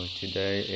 today